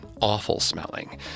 awful-smelling